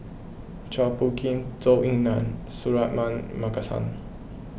Chua Phung Kim Zhou Ying Nan Suratman Markasan